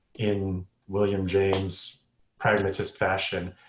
in william james's pragmatist fashion,